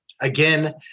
Again